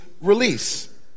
release